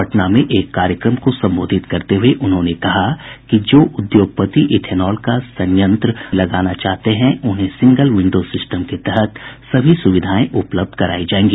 पटना में एक कार्यक्रम को संबोधित करते हुये उन्होंने कहा कि जो उद्योगपति इथेनॉल का संयंत्र राज्य में लगाना चाहते हैं उन्हें सिंगल विंडो सिस्टम के तहत सभी सुविधाएं उपलब्ध करायी जायेंगी